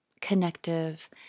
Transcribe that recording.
connective